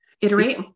iterate